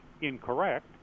incorrect